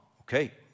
Okay